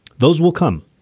those will come.